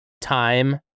time